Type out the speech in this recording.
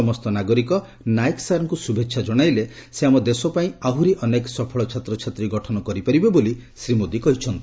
ସମସ୍ତ ନାଗରିକ ନାଏକ ସାର୍ଙ୍କୁ ଶୁଭେଚ୍ଛା ଜଣାଇଲେ ସେ ଆମ ଦେଶ ପାଇଁ ଆହୁରି ଅନେକ ସଫଳ ଛାତ୍ରଛାତ୍ରୀ ଗଠନ କରିପାରିବେ ବୋଲି ଶ୍ରୀ ମୋଦି କହିଛନ୍ତି